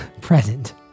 present